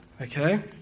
Okay